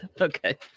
Okay